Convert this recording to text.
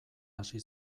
hasi